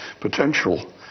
potential